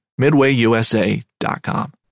MidwayUSA.com